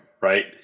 right